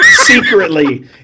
secretly